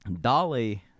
Dolly